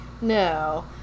No